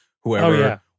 whoever